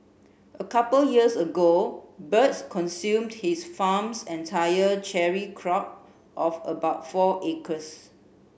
a couple years ago birds consumed his farm's entire cherry crop of about four acres